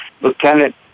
lieutenant